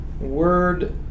Word